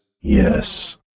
Yes